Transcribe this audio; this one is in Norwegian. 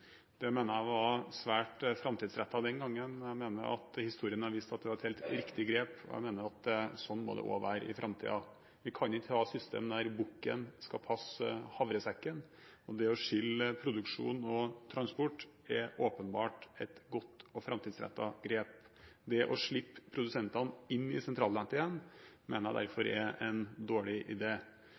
Det mener jeg var svært framtidsrettet den gangen. Jeg mener at historien har vist at det var et helt riktig grep, og jeg mener at slik må det også være i framtiden. Vi kan ikke ha et system der bukken skal passe havresekken, og det å skille produksjon og transport er åpenbart et godt og framtidsrettet grep. Det å slippe produsentene inn i sentralnettet igjen mener jeg derfor er en dårlig